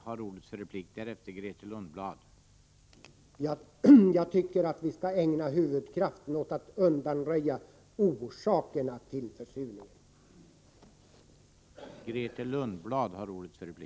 Herr talman! Jag tycker att vi skall ägna huvuddelen av krafterna åt att undanröja orsakerna till försurningen.